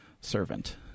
servant